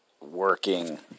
working